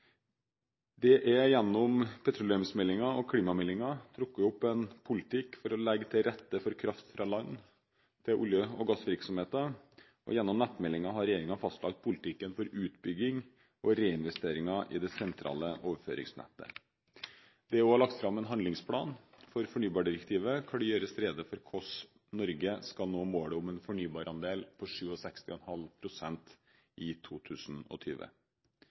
Det er gjennom petroleumsmeldingen og klimameldingen trukket opp en politikk for å legge til rette for kraft fra land til olje- og gassvirksomheten, og gjennom nettmeldingen har regjeringen fastlagt politikken for utbygging og reinvesteringer i det sentrale overføringsnettet. Det er også lagt fram en handlingsplan for fornybardirektivet, hvor det gjøres rede for hvordan Norge skal nå målet om en fornybarandel på 67,5 pst. i 2020.